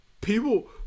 People